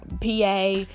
PA